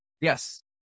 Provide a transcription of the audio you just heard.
Yes